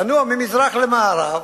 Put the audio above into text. לנוע ממזרח למערב